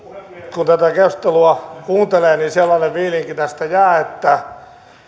kun tätä keskustelua kuuntelee niin sellainen fiilinki tästä jää että